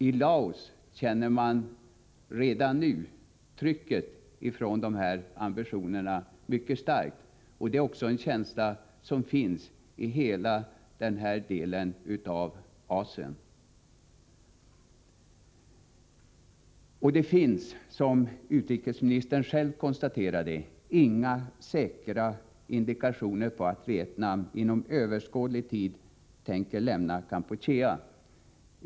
I Laos känner man redan nu mycket starkt trycket av att de här ambitionerna finns. Det är en känsla som finns i hela denna del av Asien. Som utrikesministern själv konstaterade finns det inga säkra indikationer på att Vietnam inom överskådlig tid tänker lämna Kampuchea.